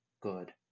good